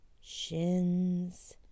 shins